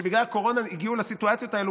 שבגלל הקורונה הגיעו לסיטואציות הללו.